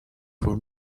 for